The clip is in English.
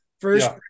first